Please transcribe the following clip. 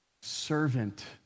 servant